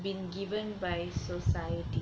been given by society